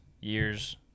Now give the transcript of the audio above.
years